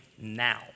now